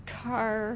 car